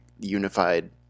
unified